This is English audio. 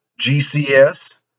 GCS